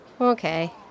okay